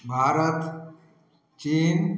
भारत चीन